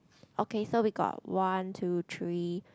okay so we got one two three